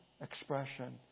expression